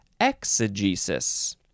exegesis